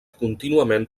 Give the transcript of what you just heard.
contínuament